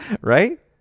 right